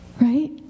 Right